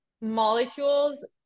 molecules